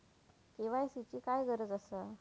KYC ची काय गरज आसा?